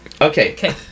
Okay